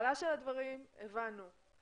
ההתחלה של דברים שלך, הבנו.